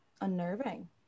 unnerving